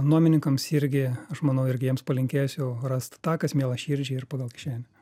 nuomininkams irgi aš manau irgi jiems palinkėsiu rast tą kas miela širdžiai ir pagal kišenę